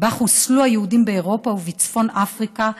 שבה חוסלו היהודים באירופה ובצפון אפריקה,